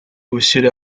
усилия